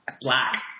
Black